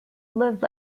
live